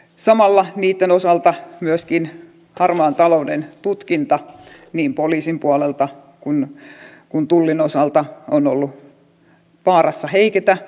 samalla myöskin harmaan talouden tutkinta niin poliisin puolelta kuin tullin osalta on ollut vaarassa heiketä